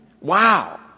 Wow